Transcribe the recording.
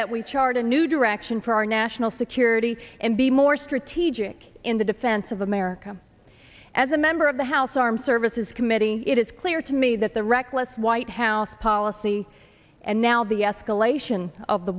that we chart a new direction for our national security and be more strategic in the defense of america as a member of the house armed services committee it is clear to me that the reckless white house policy and now the escalation of the